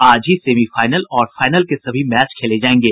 आज ही सेमीफाइनल और फाइनल के सभी मैच खेले जायेंगे